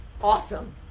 awesome